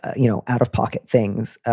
you know, out of pocket things.